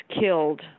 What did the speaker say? killed